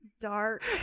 dark